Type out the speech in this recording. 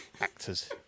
actors